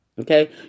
okay